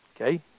Okay